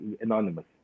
anonymous